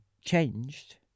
changed